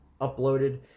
uploaded